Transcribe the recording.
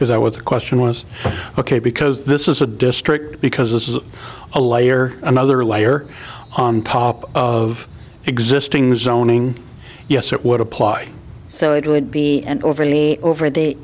i was the question was ok because this is a district because this is a layer another layer on top of existing zoning yes it would apply so it would be an overly over the